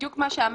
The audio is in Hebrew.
בדיוק מה שאמרנו,